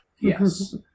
Yes